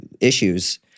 issues